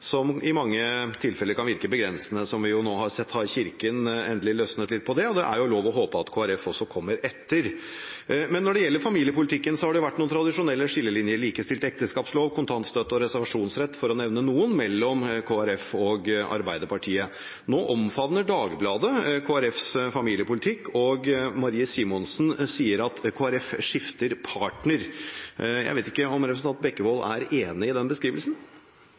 som i mange tilfeller kan virke begrensende. Som vi nå har sett, har Kirken endelig løsnet litt på det, og det er jo lov å håpe at Kristelig Folkeparti også kommer etter. Men når det gjelder familiepolitikken, har det vært noen tradisjonelle skillelinjer – likestilt ekteskapslov, kontantstøtte og reservasjonsrett, for å nevne noen – mellom Kristelig Folkeparti og Arbeiderpartiet. Nå omfavner Dagbladet Kristelig Folkepartis familiepolitikk, og Marie Simonsen sier at «KrF skifter partner». Jeg vet ikke om representanten Bekkevold er enig i den beskrivelsen?